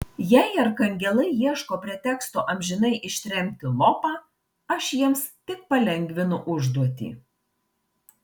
jei arkangelai ieško preteksto amžinai ištremti lopą aš jiems tik palengvinu užduotį